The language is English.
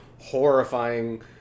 horrifying